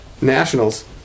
nationals